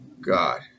God